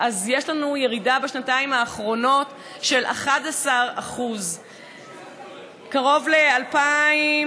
אז יש לנו ירידה בשנתיים האחרונות של 11%. קרוב ל-2,500